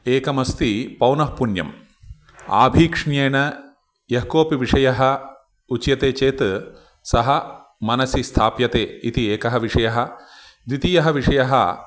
एकमस्ति पौनःपुन्यम् आभीक्ष्ण्येन यः कोपि विषयः उच्यते चेत् सः मनसि स्थाप्यते इति एकः विषयः द्वितीयः विषयः